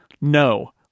No